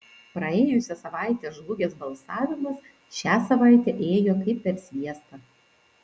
praėjusią savaitę žlugęs balsavimas šią savaitę ėjo kaip per sviestą